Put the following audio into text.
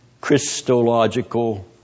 Christological